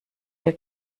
der